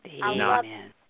Amen